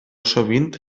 sovint